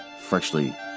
freshly